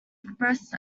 expressed